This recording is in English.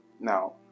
Now